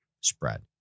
spread